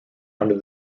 under